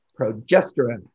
Progesterone